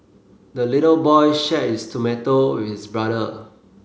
the little boy shared his tomato with brother